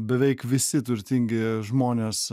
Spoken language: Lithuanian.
beveik visi turtingi žmonės